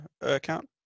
account